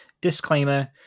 disclaimer